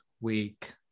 week